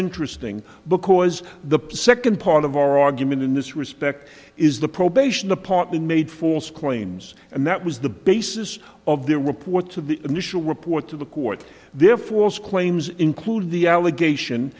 interesting because the second part of our argument in this respect is the probation department made false claims and that was the basis of their report to the initial report to the court their force claims include the allegation